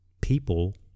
people